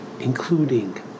including